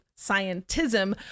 scientism